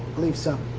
believe so.